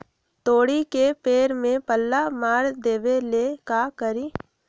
तोड़ी के पेड़ में पल्ला मार देबे ले का करी?